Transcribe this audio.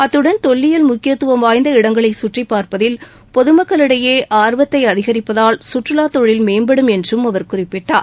அத்துடன் தொல்லியல் முக்கியத்துவம் வாய்ந்த இடங்களை கற்றிப் பாா்ப்பதில் பொதுமக்களிடையே ஆர்வத்தை அதிகரிப்பதால் சுற்றுவாத்தொழில் மேம்படும் என்றும் அவர் குறிப்பிட்டார்